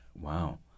Wow